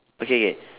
okay okay